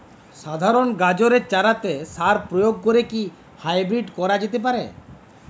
সাধারণ গাজরের চারাতে সার প্রয়োগ করে কি হাইব্রীড করা যেতে পারে?